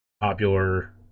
popular